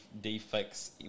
defects